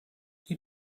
you